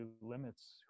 limits